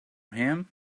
him